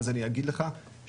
אז אני אגיד לך שלא,